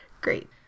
great